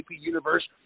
universe